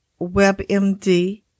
WebMD